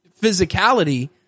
physicality